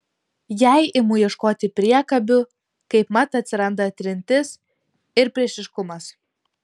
jei imu ieškoti priekabių kaipmat atsiranda trintis ir priešiškumas